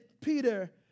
Peter